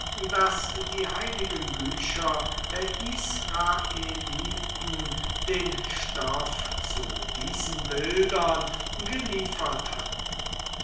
daß die heiligen bücher der israeliten den stoff zu diesen bildern geliefert hatten